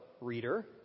reader